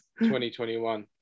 2021